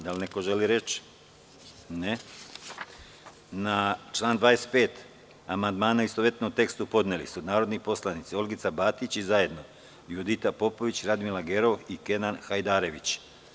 Da li neko želi reč? (Ne.) Na član 25. amandmane, u istovetnom tekstu, podneli su narodni poslanici Olgica Batić i zajedno Judita Popović, Radmila Gerov i Kenan Hajdarević.